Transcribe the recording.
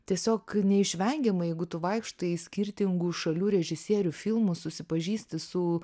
tiesiog neišvengiama jeigu tu vaikštai skirtingų šalių režisierių filmus susipažįsti su